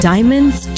Diamonds